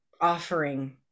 offering